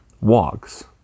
walks